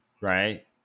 right